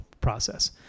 process